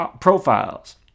profiles